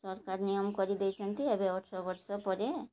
ସରକାର ନିୟମ କରିଦେଇଛନ୍ତି ଏବେ ଅଠର ବର୍ଷ ପରେ